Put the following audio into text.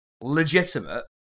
legitimate